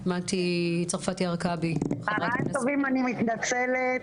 צוהריים טובים, אני מתנצלת.